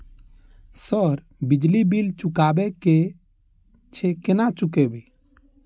Sir बिजली bill चुकाबे की छे केना चुकेबे?